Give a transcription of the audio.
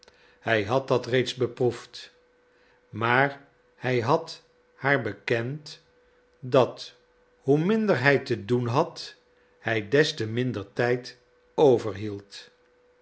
hij had dat reeds beproefd maar hij had haar bekend dat hoe minder hij te doen had hij des te minder tijd